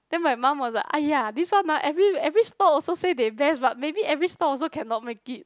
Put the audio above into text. then my mum was like !aiya! this one ah every every stall also say they best but maybe every stall also cannot make it